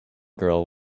girl